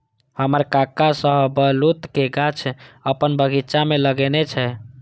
हमर काका शाहबलूत के गाछ अपन बगीचा मे लगेने छै